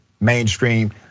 mainstream